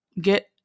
get